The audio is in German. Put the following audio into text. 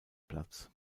platz